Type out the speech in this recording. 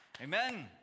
Amen